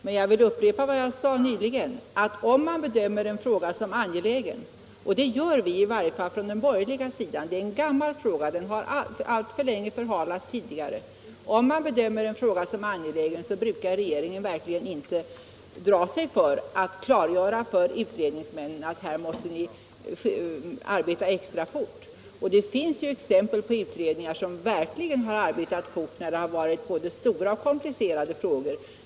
Men jag vill upprepa att om regeringen bedömer en fråga som angelägen brukar regeringen verkligen inte dra sig för att klargöra för utredningsmännen att de måste arbeta extra fort. Och i varje fall vi på den borgerliga sidan betraktar den här frågan som angelägen. Det är en gammal fråga; den har alltför länge förhalats. Det finns ju exempel på utredningar som verkligen har arbetat fort när det varit både stora och komplicerade frågor.